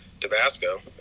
Tabasco